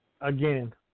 again